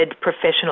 professional